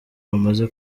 bamaze